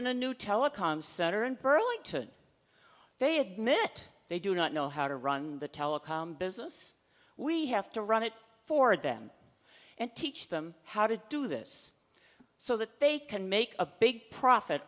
in a new telecom center in burlington they admit they do not know how to run the telecom business we have to run it for them and teach them how to do this so that they can make a big profit